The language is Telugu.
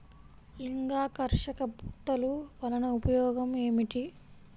లింగాకర్షక బుట్టలు వలన ఉపయోగం ఏమిటి?